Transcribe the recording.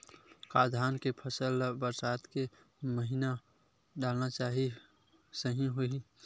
का धान के फसल ल बरसात के महिना डालना सही होही?